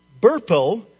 Burpo